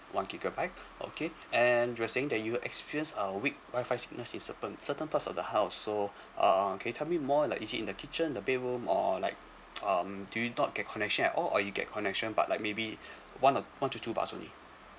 one gigabyte okay and you're saying that you experienced uh weak signal in certain certain parts of the house so uh can you tell me more like is in the kitchen the bedroom or like um do you not get connection at all or you get connection but like maybe one or one to two bars only